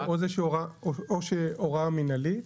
או הוראה מנהלית.